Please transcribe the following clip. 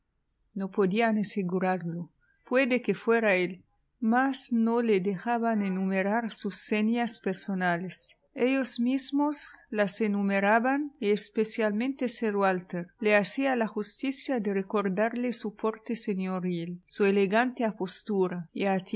no podían asegurarlo puede que fuera él mas no le dejaban enumerar sus señas personales ellos mismos las enumeraban y especialmente sir walter le hacía la justicia de recordarle su porte señoril su elegante apostura